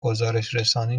گزارشرسانی